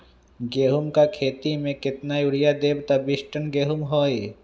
गेंहू क खेती म केतना यूरिया देब त बिस टन गेहूं होई?